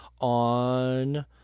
on